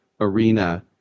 arena